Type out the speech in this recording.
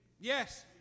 Yes